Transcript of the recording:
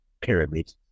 pyramid